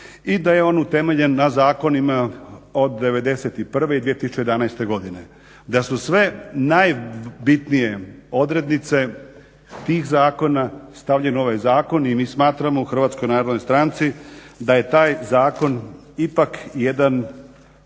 i da je on utemeljen na zakonima od '91. i 2011. godine, da su sve najbitnije odrednice tih zakona stavljene u ovaj zakon i mi smatramo u HNS-u da je taj zakon ipak jedan